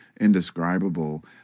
indescribable